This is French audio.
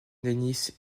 dennis